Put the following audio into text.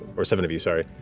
or seven of you, sorry.